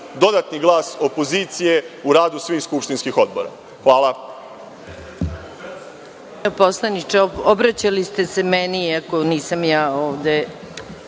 dodatni glas opozicije u radu svih skupštinskih odbora. Hvala.